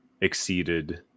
exceeded